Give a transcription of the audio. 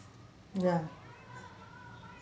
ya